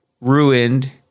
ruined